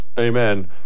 Amen